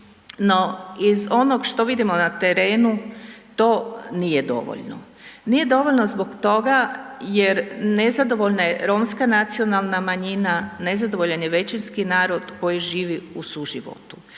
No, iz onog što vidimo na terenu to nije dovoljno. Nije dovoljno zbog toga jer nezadovoljna je romska nacionalna manjina, nezadovoljan je većinski narod koji živi u suživotu.